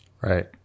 Right